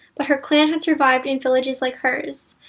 but her clan had survived in villages like hers,